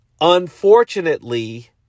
unfortunately